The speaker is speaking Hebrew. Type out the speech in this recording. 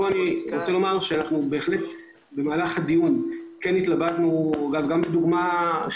שבמהלך הדיון אנחנו כן התלבטנו בעניין,